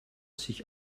sich